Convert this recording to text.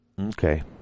Okay